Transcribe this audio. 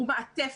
הוא מעטפת.